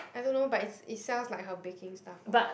I don't know but it's it sells like her baking stuff lor